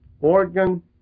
organ